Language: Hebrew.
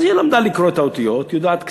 אז היא למדה לקרוא את האותיות, יודעת קצת,